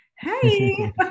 Hey